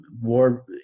more